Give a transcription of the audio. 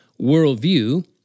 worldview